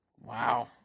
Wow